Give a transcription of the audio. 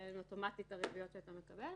שהן אוטומטית הריביות שאתה מקבל,